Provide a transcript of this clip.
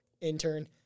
intern